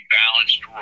balanced